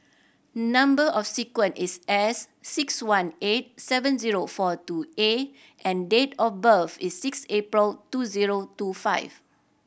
number sequence is S six one eight seven zero four two A and date of birth is six April two zero two five